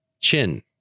Chin